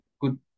good